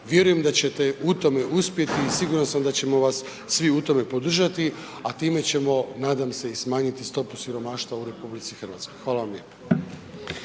vjerujem da će te u tom uspjeti i siguran sam da ćemo vas svi u tome podržati a time ćemo nadam se i smanjiti stopu siromaštva u RH. Hvala vam lijepa.